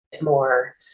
more